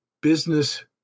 Business